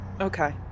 Okay